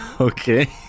Okay